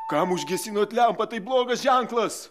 kam užgesinot lempą tai blogas ženklas